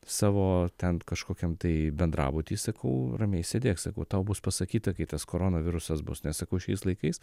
savo ten kažkokiam tai bendrabuty sakau ramiai sėdėk sakau tau bus pasakyta kai tas koronavirusas bus nes sakau šiais laikais